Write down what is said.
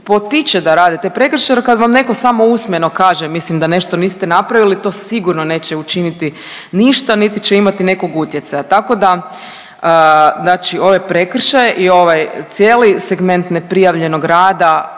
potiče da rade te prekršaje jer kad vam neko samo usmeno kaže mislim da nešto niste napravili to sigurno neće učiniti ništa niti će imati nekog utjecaja, tako da znači ove prekršaje i ovaj cijeli segment neprijavljenog rada,